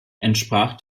entsprach